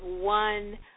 one